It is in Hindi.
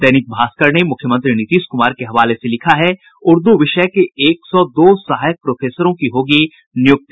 दैनिक भास्कर ने मुख्यमंत्री नीतीश कुमार के हवाले से लिखा है उर्दू विषय के एक सौ दो सहायक प्रोफेसरों की होगी नियुक्ति